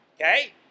Okay